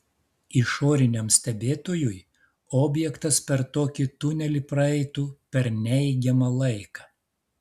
išoriniam stebėtojui objektas per tokį tunelį praeitų per neigiamą laiką